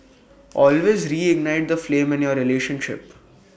always reignite the flame in your relationship